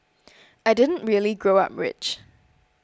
I didn't really grow up rich